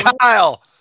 Kyle